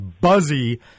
buzzy